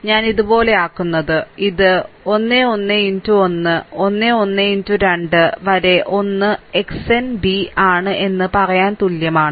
ഞാൻ ഇത് ഇതുപോലെയാക്കുന്നു ഇത് 1 1 x 1 1 1 x 2 വരെ 1 xn b 1 എന്ന് പറയാൻ തുല്യമാണ്